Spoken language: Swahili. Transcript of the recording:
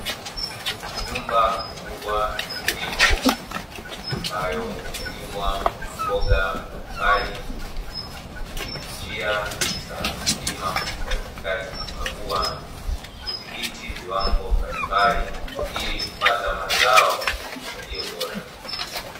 Nyumba kubwa ya kilimo ambayo imelimwa Mboga Mboga mbalimbali, ina njia za mkulima kupita Katikati na kukagua kudhibiti viwango mbali mbali ili kupata mazao yaliyo bora.